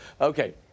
Okay